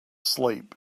sleep